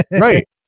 Right